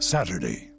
Saturday